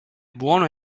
buono